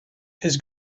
his